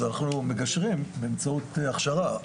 אז אנחנו מגשרים באמצעות הכשרה.